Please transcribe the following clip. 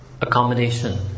Accommodation